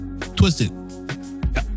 Twisted